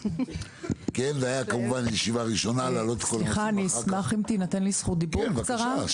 אני אשמח אם תינתן לי זכות דיבור קצרה.